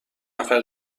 نفر